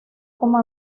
como